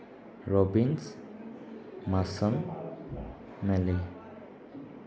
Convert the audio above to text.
Robbins Mason ꯅꯦꯂꯤ